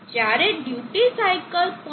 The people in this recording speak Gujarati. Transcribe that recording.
જ્યારે ડ્યુટી સાઇકલ 0